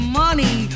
money